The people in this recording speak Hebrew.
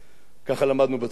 ככה למדנו בצנחנים,